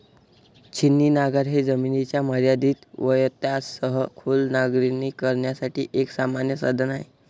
छिन्नी नांगर हे जमिनीच्या मर्यादित व्यत्ययासह खोल नांगरणी करण्यासाठी एक सामान्य साधन आहे